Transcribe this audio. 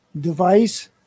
device